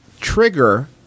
trigger